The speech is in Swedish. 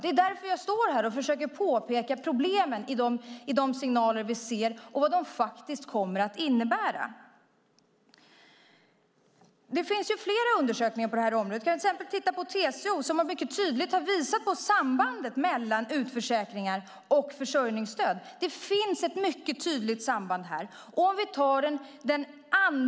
Det är därför jag står här och försöker påpeka problemen utifrån de signaler vi ser och vad de faktiskt kommer att innebära. Det finns flera undersökningar på det här området. Till exempel har TCO mycket tydligt visat sambandet mellan utförsäkringar och försörjningsstöd. Det finns ett mycket tydligt samband här.